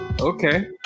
Okay